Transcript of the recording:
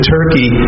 Turkey